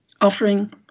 offering